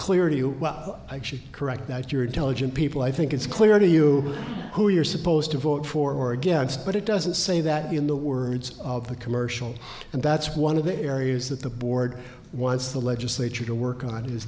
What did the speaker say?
you correct that you're intelligent people i think it's clear to you who you're supposed to vote for or against but it doesn't say that in the words of the commercial and that's one of the areas that the board wants the legislature to work on is